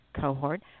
cohort